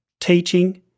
teaching